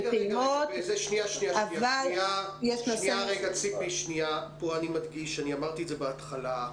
פה אני מדגיש, אמרתי בהתחלה: